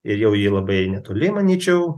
ir jau ji labai netoli manyčiau